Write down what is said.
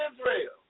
Israel